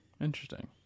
Interesting